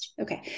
Okay